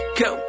go